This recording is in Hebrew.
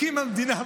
מקים המדינה.